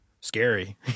scary